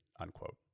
unquote